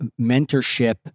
mentorship